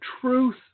truth